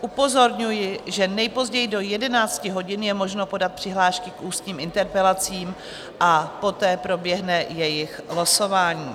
Upozorňuji, že nejpozději do 11 hodin je možno podat přihlášky k ústním interpelacím a poté proběhne jejich losování.